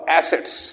assets